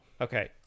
okay